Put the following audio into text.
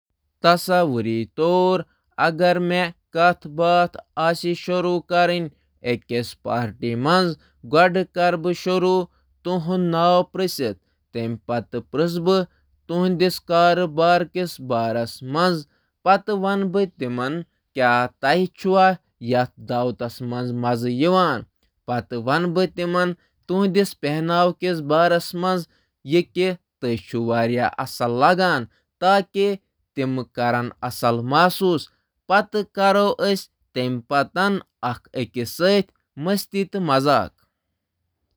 تصور کٔرِو کُنہِ پارٹی منٛز کتھ باتھ شروع۔ بہٕ پرژھٕ أمِس تٔمِس تٔمۍ سُنٛد ناو تہٕ کامہِ مُتلِق، تہٕ پتہٕ پرژھٕ أمِس زِ کیا تُہۍ چھا ییٚتہِ روزُن اصل تہٕ بہٕ کَرٕ تِمَن سۭتۍ جوک۔ تہٕ تِمَن وَنُن زِ تُہۍ چھِو اصل۔